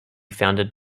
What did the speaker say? founded